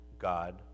God